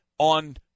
On